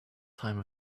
time